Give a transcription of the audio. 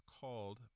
called